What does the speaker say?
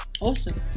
Awesome